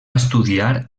estudiar